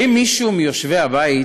האם מישהו מיושבי הבית